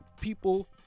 people